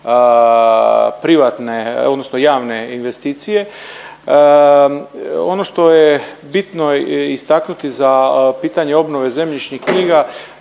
privatne odnosno javne investicije. Ono što je bitno istaknuti za pitanje obnove zemljišnih knjiga